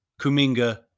Kuminga